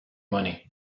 money